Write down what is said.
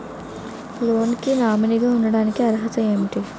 Loan కి nominee గా ఉండటానికి అర్హత ఏమిటి?